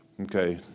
Okay